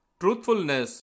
Truthfulness